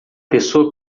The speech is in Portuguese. pessoa